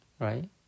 Right